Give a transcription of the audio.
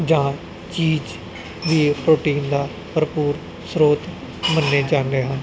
ਜਾਂ ਚੀਜ਼ ਵੀ ਪ੍ਰੋਟੀਨ ਦਾ ਭਰਪੂਰ ਸਰੋਤ ਮੰਨੇ ਜਾਂਦੇ ਹਨ